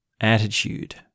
attitude